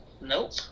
Nope